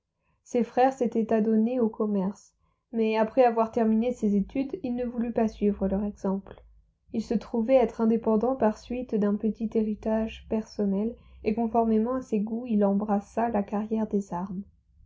ses frères s'étaient adonnés au commerce mais après avoir terminé ses études il ne voulut pas suivre leur exemple il se trouvait être indépendant par suite d'un petit héritage personnel et conformément à ses goûts il embrassa la carrière des armes